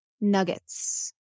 Nuggets